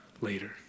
later